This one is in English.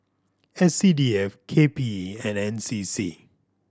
S C D F K P E and N C C